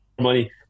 money